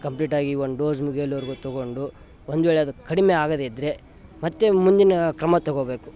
complete ಆಗಿ one dose ಮುಗಿಯಲ್ಲೊರೆಗು ತಗೊಂಡು ಒಂದು ವೇಳೆ ಅದು ಕಡಿಮೆ ಆಗದಿದ್ದರೆ ಮತ್ತೆ ಮುಂದಿನ ಕ್ರಮ ತಗೊಬೇಕು